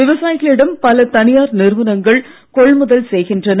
விவசாயிகளிடம் பல தனியார் நிறுவனங்கள் கொள்முதல் செய்கின்றன